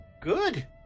good